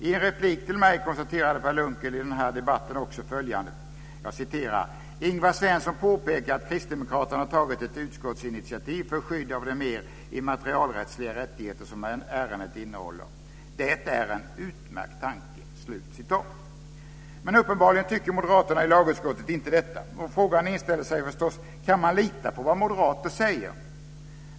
I en replik till mig i denna debatt konstaterade Per Unckel också följande: "Ingvar Svensson påpekar att Kristdemokraterna tagit ett utskottsinitiativ för skydd av de mer immaterialrättsliga rättigheter som ärendet innehåller. Det är en utmärkt tanke." Men uppenbarligen tycker moderaterna i lagutskottet inte detta. Frågan inställer sig förstås: Kan man lita på vad moderater säger?